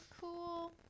cool